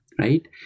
Right